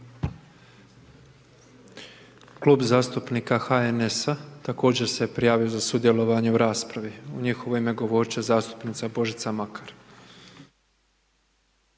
Klub zastupnika HNS, također se prijavio za sudjelovanje u raspravi. U njihovo ime govoriti će zastupnica Božica Makar.